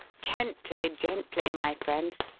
gently, gently, my friends.